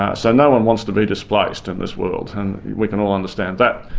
ah so no-one wants to be displaced in this world, and we can all understand that.